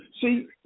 See